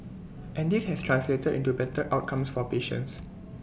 and this has translated into better outcomes for patients